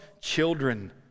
children